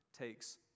takes